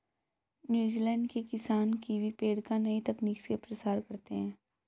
New Zealand के किसान kiwi पेड़ का नई तकनीक से प्रसार करते हैं